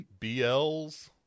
BLs